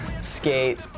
skate